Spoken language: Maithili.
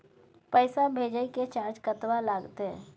पैसा भेजय के चार्ज कतबा लागते?